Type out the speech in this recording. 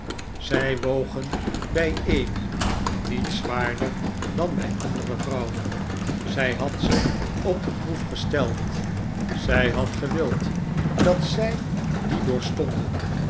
zij wogen bij emmy niet zwaarder dan bij andere vrouwen zij had ze op de proef gesteld zij had gewild dat zij die